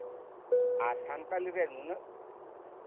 ᱟᱨ ᱥᱟᱱᱛᱟᱞᱤ ᱨᱮ ᱱᱩᱱᱟᱹᱜ